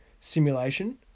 simulation